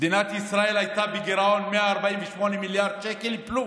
מדינת ישראל הייתה בגירעון 148 מיליארד שקל פלוס.